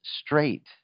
straight